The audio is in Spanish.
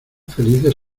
felices